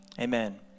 Amen